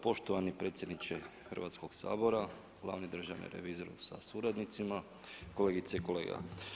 Poštovani predsjedniče Hrvatskog sabora, glavni državni revizor sa suradnicima, kolegice i kolega.